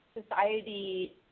society